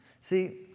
See